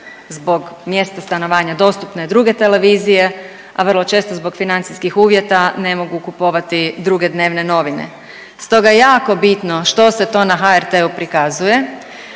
zbog mjesta stanovanja dostupne druge televizije, a vrlo često zbog financijskih uvjeta ne mogu kupovati druge dnevne novine. Stoga je jako bitno što se to na HRT-u prikazuje.